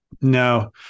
No